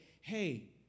hey